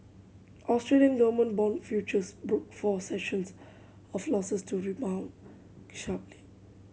Australian government bond futures broke four sessions of losses to rebound sharply